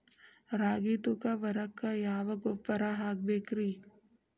ರಾಗಿ ತೂಕ ಬರಕ್ಕ ಯಾವ ಗೊಬ್ಬರ ಹಾಕಬೇಕ್ರಿ?